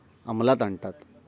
अमलात आणतात